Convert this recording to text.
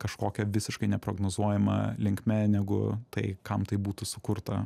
kažkokia visiškai neprognozuojama linkme negu tai kam tai būtų sukurta